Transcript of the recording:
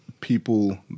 people